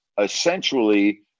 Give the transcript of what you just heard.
essentially